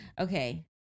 Okay